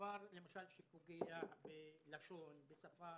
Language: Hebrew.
דבר שפוגע למשל בלשון, בשפה,